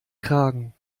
kragen